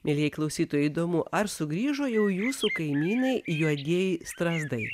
mielieji klausytojai įdomu ar sugrįžo jau jūsų kaimynai juodieji strazdai